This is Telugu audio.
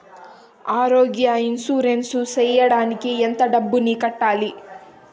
ఆరోగ్య ఇన్సూరెన్సు సేయడానికి ఎంత డబ్బుని కట్టాలి?